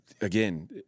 again